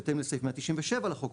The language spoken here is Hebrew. בהתאם לסעיף 197 לחוק,